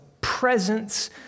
presence